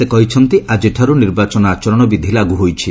ସେ କହିଛନ୍ତି ଆଜିଠାରୁ ନିର୍ବାଚନ ଆଚରଣ ବିଧି ଲାଗୁ ହୋଇଛି